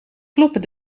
kloppen